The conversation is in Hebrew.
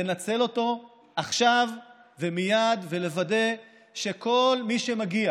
לנצל אותו עכשיו ומייד ולוודא שכל מי שמגיע